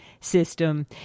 system